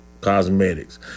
cosmetics